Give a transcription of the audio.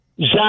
Zach